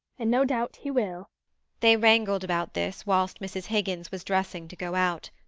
and no doubt he will they wrangled about this whilst mrs. higgins was dressing to go out.